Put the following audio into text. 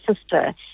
sister